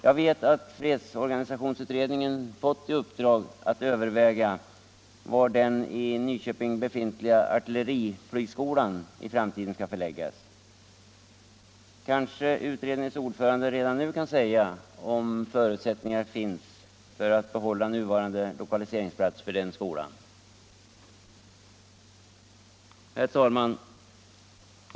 Jag vet att fredsorganisationsutredningen fått i uppdrag att överväga vart den i Nyköping befintliga artilleriflygskolan i framtiden skall förläggas. Kanske utredningens ordförande redan nu kan säga om förutsättningar finns för att behålla nuvarande lokaliseringsplats för den skolan? Herr talman!